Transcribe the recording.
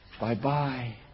Bye-bye